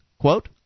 quote